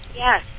Yes